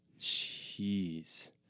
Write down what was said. Jeez